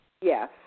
Yes